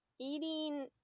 eating